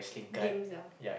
game the